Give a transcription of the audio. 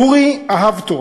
אורי אהב תורה.